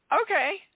Okay